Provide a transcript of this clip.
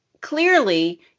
clearly